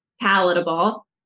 palatable